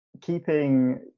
keeping